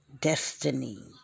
destiny